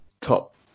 top